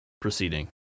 proceeding